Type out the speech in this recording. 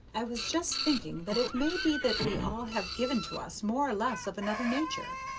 i was just thinking that it may be that we all have given to us more or less of another nature,